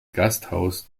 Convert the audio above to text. gasthaus